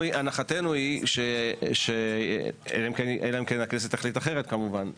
הנחתנו היא אלא אם כן הכנסת תחליט אחרת כמובן,